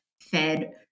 fed